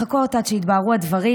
לחכות עד שיתבהרו הדברים.